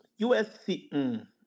USC